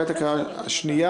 בעת הקריאה השנייה,